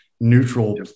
neutral